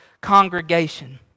congregation